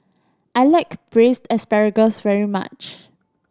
I like Braised Asparagus very much